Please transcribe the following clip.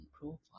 profile